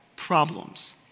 problems